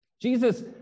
Jesus